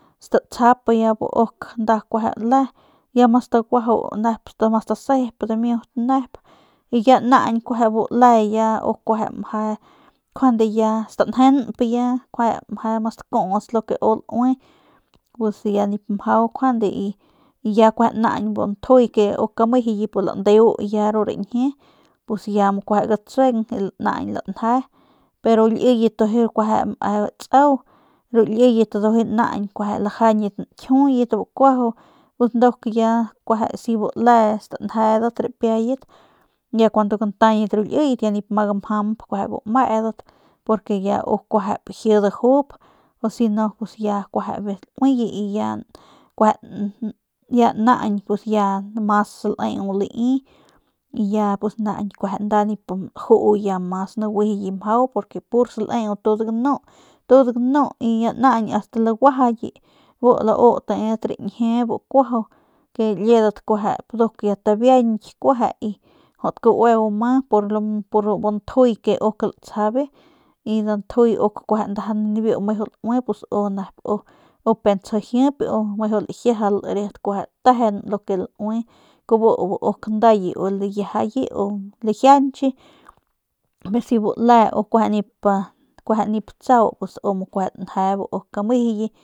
Statsjap ya bu uk kueje le ya ma staguajau ma stasep dimiut nep y ya naañ kueje bu le u ya njuande ya stanjenp y kueje ya ma stakuts lu ke u laui pus ya nip mjau njuande y ya kueje bu ntjuy uk mejuye landeu ya ru rañjie y ya mu kueje gatsueng y naañ lanje pero liyet ndujuy me tsau ru liyet ndujuykueje lajañit nkjuyet bu kuaju nduk si bu le stanjedat rapiayat ya kuando gantayat ru liyet ya nip ma gamjanp bu meudat porque ya kuejep laji dajup u si no ya bijiy dauiye y ya kueje ya naañ pus ya mas saleu lai y ya naañ kueje ya nip laju ya mas naguijiye mjau porque pur saleu tud ganu tud ganu ast laguajayi bu lau tedat rañjie bu kuajau ke liedat nduk ya tabianky kueje y jut kaueu ma bu ntjuy bu uk latsjabe y nda ntjuy uk ndaja nibiu meju laui pus u nep ke tsjau jip u meju lajiajal riat kueje tejen lu ke laui kubu uk ndayi uye liyiajayi u lajianchi y si bu le u kueje nip tsau pus u mu kueje lanje bu uk mejuye